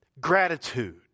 gratitude